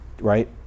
Right